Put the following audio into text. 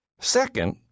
Second